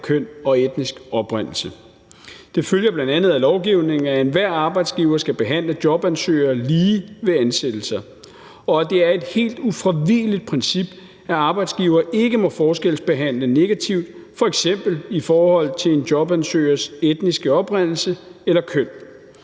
køn og etnisk oprindelse. Det følger bl.a. af lovgivningen, at enhver arbejdsgiver skal behandle jobansøgere lige ved ansættelser, og at det er et helt ufravigeligt princip, at arbejdsgivere ikke må forskelsbehandle negativt f.eks. i forhold til en jobansøgers etniske oprindelse eller køn.